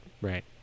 Right